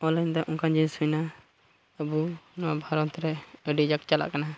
ᱚᱱᱞᱟᱭᱤᱱᱛᱮ ᱚᱱᱠᱟᱱ ᱡᱤᱱᱤᱥ ᱦᱩᱭᱱᱟ ᱟᱵᱚ ᱱᱚᱣᱟ ᱵᱷᱟᱨᱚᱛ ᱨᱮ ᱟᱹᱰᱤ ᱡᱟᱠ ᱪᱟᱞᱟᱜ ᱠᱟᱱᱟ